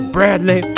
Bradley